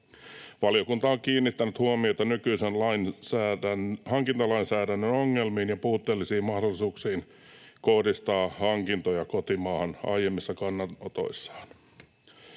”Valiokunta on kiinnittänyt huomiota nykyisen hankintalainsäädännön ongelmiin ja puutteellisiin mahdollisuuksiin kohdistaa hankintoja kotimaahan aiemmissa kannanotoissaan.”